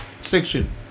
section